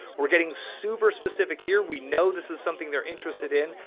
we're getting super specific here. we know this is something they're interested in.